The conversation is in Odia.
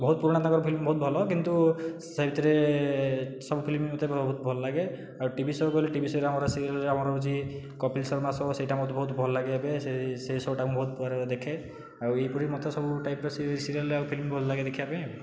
ବହୁତ ପୁରୁଣା ତାଙ୍କର ଫିଲ୍ମ ବହୁତ ଭଲ କିନ୍ତୁ ସେଇଥିରେ ସବୁ ଫିଲ୍ମ ମୋତେ ବହୁତ ଭଲଲାଗେ ଆଉ ଟି ଭି ଶୋ କହିଲେ ଟିଭିଶୋରେ ଆମର ସିରିୟେଲରେ ଆମର ହେଉଛି କପିଲ ଶର୍ମା ଶୋ ସେଇଟା ମୋତେ ବହୁତ ଭଲଲାଗେ ଏବେ ସେଇ ସେଇ ଶୋଟା ମୁଁ ବହୁତ ପରେ ଦେଖେ ଆଉ ଏହିପରି ମୋତେ ସବୁ ଟାଇପ୍ ର ସିରିୟେଲ ଆଉ ଫିଲ୍ମ ଭଲଲାଗେ ଦେଖିବାପାଇଁ ଆଉ